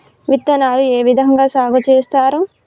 విత్తనాలు ఏ విధంగా సాగు చేస్తారు?